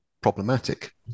problematic